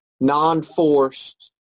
non-forced